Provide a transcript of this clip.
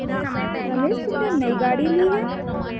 रमेश तुमने नई गाड़ी ली हैं